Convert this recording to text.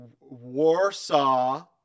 Warsaw